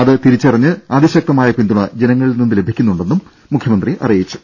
അത് തിരിച്ചറിഞ്ഞ് അതിശക്തമായ പിന്തുണ ജനങ്ങളിൽ നിന്ന് ലഭിക്കുന്നുണ്ടെന്നും മുഖ്യമന്ത്രി പറഞ്ഞു